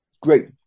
great